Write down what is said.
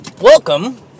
welcome